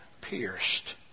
pierced